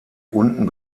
unten